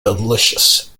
delicious